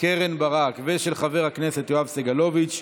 קרן ברק ושל חבר הכנסת יואב סגלוביץ'